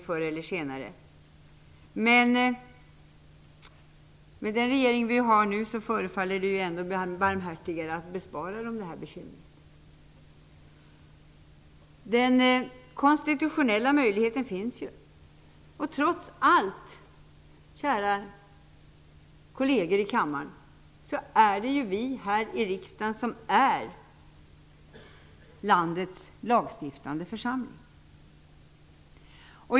Men med tanke på vilken regering vi nu har förefaller det ändock barmhärtigare att bespara den det här bekymret. Den konstitutionella möjligheten finns. Trots allt, kära kolleger i kammaren, är det vi här i riksdagen som utgör landets lagstiftande församling.